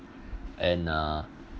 and uh